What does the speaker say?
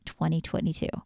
2022